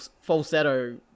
falsetto